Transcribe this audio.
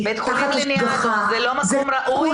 תחת השגחה --- בית חולים ציבורי לניאדו זה לא מקום ראוי?